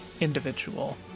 individual